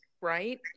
Right